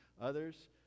others